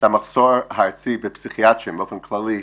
את המחסור הארצי בפסיכיאטרים באופן כללי.